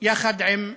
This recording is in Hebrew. יחד עם בנותיו.